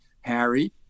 Harry